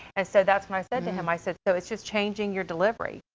and so that's when i said to him, i said, so it's just changing your delivery.